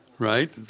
Right